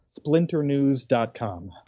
Splinternews.com